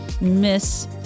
miss